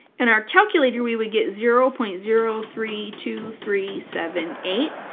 in our calculator we would get zero point zero three two three seven eight,